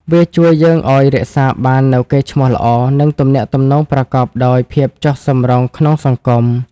វាជួយយើងឱ្យរក្សាបាននូវកេរ្តិ៍ឈ្មោះល្អ និងទំនាក់ទំនងប្រកបដោយភាពចុះសម្រុងក្នុងសង្គម។